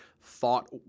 thought